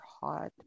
hot